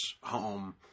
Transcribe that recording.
home